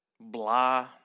blah